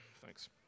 Thanks